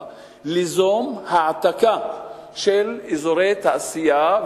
מידת השפעה כדי ליזום העתקה של אזורי תעשייה,